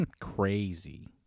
Crazy